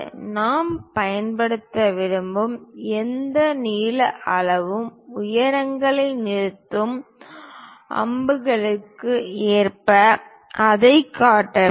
நாம் பயன்படுத்த விரும்பும் எந்த நீள அளவும் உயரங்களை நிறுத்தும் அம்புகளுக்கு ஏற்ப அதைக் காட்ட வேண்டும்